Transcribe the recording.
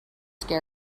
scared